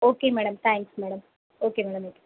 okay madam thanks madam okay madam okay